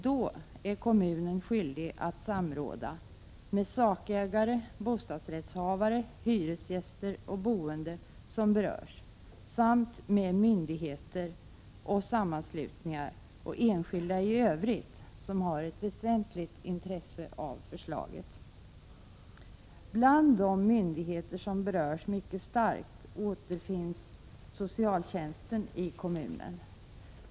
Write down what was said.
Då är kommunen skyldig att samråda med sakägare, bostadsrättshavare, hyresgäster och boende som berörs samt med myndigheter, sammanslutningar och enskilda i övrigt som har ett väsentligt intresse av förslaget. Bland de myndigheter som berörs mycket starkt återfinns socialtjänsten i kommunen.